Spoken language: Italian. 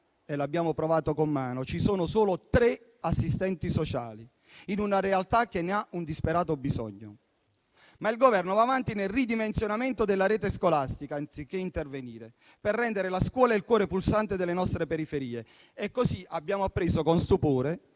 e l'abbiamo provato con mano - ci sono solo tre assistenti sociali, in una realtà che ne ha un disperato bisogno. Il Governo va avanti nel ridimensionamento della rete scolastica, anziché intervenire per rendere la scuola il cuore pulsante delle nostre periferie. Abbiamo appreso con stupore